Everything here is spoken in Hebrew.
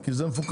כי זה מפוקח.